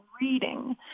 reading